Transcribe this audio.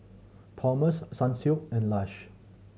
Palmer's Sunsilk and Lush